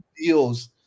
deals